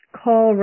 call